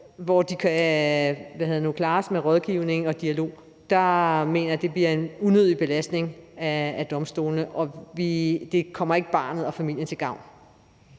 af dem kan klares med rådgivning og dialog, mener jeg bliver en unødig belastning af domstolene – og det kommer ikke barnet og familien til gavn